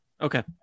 Okay